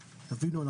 תבינו,